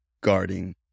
guarding